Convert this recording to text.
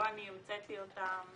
לא אני המצאתי אותם.